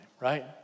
right